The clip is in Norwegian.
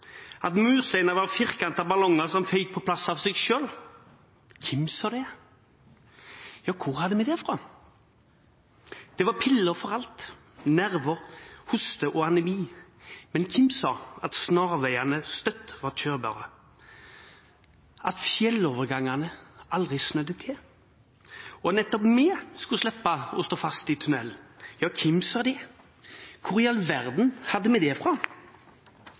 At mursteinene var firkantede ballonger som føk på plass av seg selv? Hvem sa det? Hvor hadde vi dét fra? Der var piller for alt: nerver, vedvarende hoste og anemi. Men hvem sa at snarveiene støtt var kjørbare? At fjellovergangene aldri snødde til? Og at nettopp vi skulle slippe å stå fast i tunnelen? Ja, hvem sa det? Hvor i all verden hadde vi dét fra?»